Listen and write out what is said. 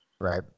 Right